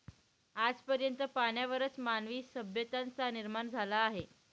आज पर्यंत पाण्यावरच मानवी सभ्यतांचा निर्माण झाला आहे